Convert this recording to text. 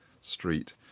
street